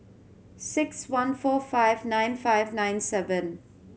six one four five nine five nine seven